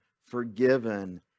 forgiven